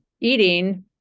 eating